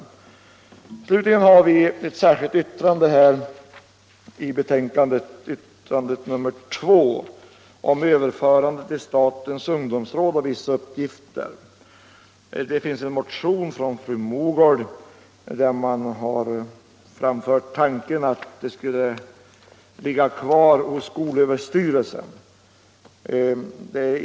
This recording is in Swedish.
Vi har även avgivit ett särskilt yttrande, nr 2, beträffande överförande till statens ungdomsråd av vissa uppgifter. Fru Mogård m.fl. har i en motion framfört tanken att dessa uppgifter borde ligga kvar hos skolöverstyrelsen.